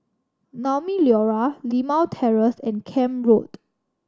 Naumi Liora Limau Terrace and Camp Road